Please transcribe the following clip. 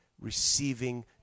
receiving